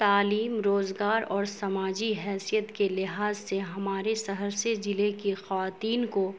تعلیم روزگار اور سماجی حیثیت کے لحاظ سے ہمارے شہرسے ضلعے کے خواتین کو